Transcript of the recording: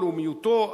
לאומיותו,